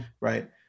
right